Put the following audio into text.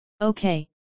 Okay